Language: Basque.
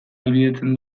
ahalbidetzen